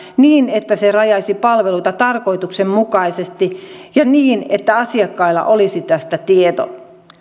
niin että se rajaisi palveluita tarkoituksenmukaisesti ja niin että asiakkailla olisi tästä tieto